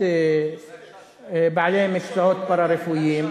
בעלי מקצועות פארה-רפואיים,